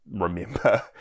remember